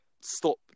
stop